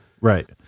Right